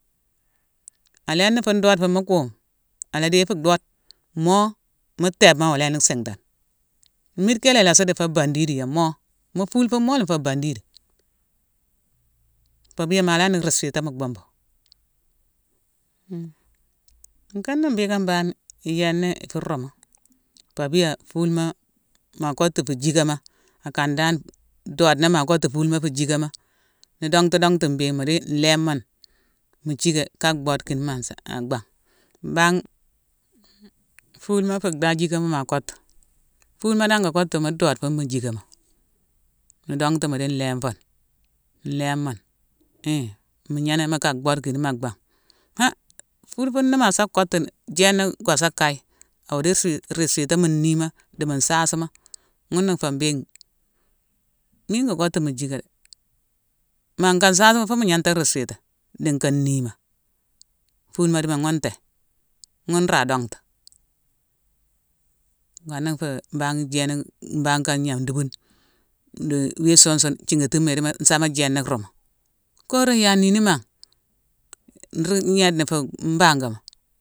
A léni fune doode fune mu kuume, a la déye fu dhoode; mo, mu téébma awo lééni sintane. Mmide ké la ilasa di fé bandidu ya: mo. Mu fule fune mo lé mu fé bandida. Pabia ma lan ni rispita mu bhumbu. nkana mbhiiké mbane iyéna i fu ruumu. Pabia fulema ma kottu fu jickama. A kan dan, doodena ma kottu fulema fu jickama. Nu dongtu dongtu mbéghine, mu di nlééne mo ni, mu jické ka boode kine ma-saa-a-bangh. Mbangh fulema fu dhajickama ma kottu; fulema dan wo kottu mu ndoode fune mu jcikama. Nu dongtu, mu di nlééne fo ni, nlééne mo ni, hii, mu gnéna mi ka bhoode ghine ma bangh. Han fulema ni ma sa kottu, jééna go sa kaye, awo di rispita mu niima, di mo nsaasima. Ghune na nfé mbéghine: mine ngo kottu mu jické dé. Ma nka nsaasima fune mu gnanta rispita di nka niima. Fulema di mo ghune nté. Ghune nra dongtu. Nkana nfé mbangh jééne, mbangh kane gna duubune. Deu-wi sun-sune thighatima idi mo nsama jééna roomo. Kooro yaa nini mangh! Nruu gnééde ni fu mbangama.